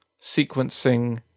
sequencing